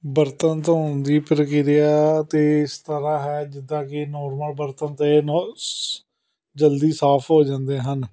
ਬਰਤਨ ਧੋਣ ਦੀ ਪ੍ਰਕਿਰਿਆ ਤਾਂ ਇਸ ਤਰ੍ਹਾਂ ਹੈ ਜਿੱਦਾਂ ਕਿ ਨੋਰਮਲ ਬਰਤਨ ਤਾਂ ਨੋ ਸ ਜਲਦੀ ਸਾਫ ਹੋ ਜਾਂਦੇ ਹਨ